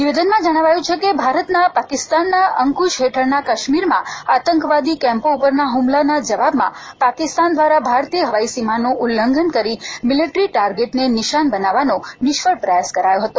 નિવેદનમાં જણાવ્યું છે કે ભારતના પાકિસ્તાનના અંકુશ હેઠળના કાશ્મીરમાં આતંકવાદી કેમ્પો ઉપરના હુમલાના જવાબમાં પાકિસ્તાન દ્વારા ભારતીય હવાઇ સીમાનું ઉલ્લંઘન કરીને મીલટરી ટાર્ગેટને નિશાન બતાવવાનો નિષ્ફળ પ્રયાસ કરાયો હતો